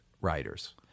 writers